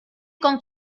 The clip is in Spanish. con